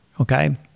okay